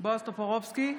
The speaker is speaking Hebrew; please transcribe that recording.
בועז טופורובסקי,